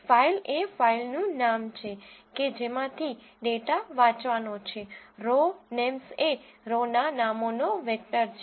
file એ ફાઇલનું નામ છે કે જેમાંથી ડેટા વાંચવાનો છે રો નેમ્સ એ રો ના નામોનો વેક્ટર છે